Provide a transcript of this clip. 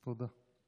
תודה.